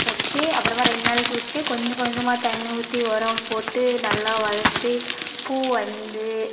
வச்சு அப்புறமா ரெண்டு நாளைக்கு விட்டு கொஞ்சம் கொஞ்சமாக தண்ணி ஊற்றி உரம் போட்டு நல்லா வளர்த்து பூ வந்து